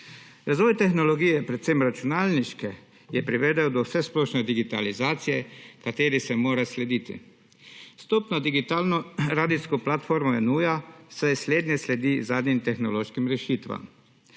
Razvoj tehnologije, predvsem računalniške, je privedel do vsesplošne digitalizacije, ki se ji mora slediti. Vstop na digitalno radijsko platformo je nuja, saj slednje sledi zadnjim tehnološkim rešitvam.